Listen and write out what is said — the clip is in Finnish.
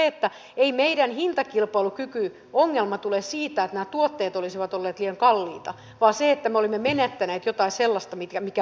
mutta ei meidän hintakilpailukykyongelma tule siitä että nämä tuotteet olisivat olleet liian kallita vaan me olemme menettäneet jotain sellaista mikä maailmalla myi